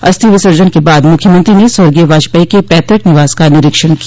अस्थि विसर्जन के बाद मुख्यमंत्री ने स्वर्गीय वाजपेई के पैतृक निवास का निरीक्षण किया